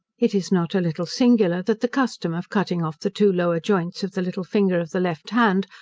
it is not a little singular, that the custom of cutting off the two lower joints of the little finger of the left hand,